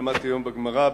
למדתי היום בגמרא,